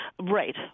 Right